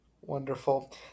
Wonderful